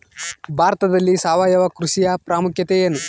ಭಾರತದಲ್ಲಿ ಸಾವಯವ ಕೃಷಿಯ ಪ್ರಾಮುಖ್ಯತೆ ಎನು?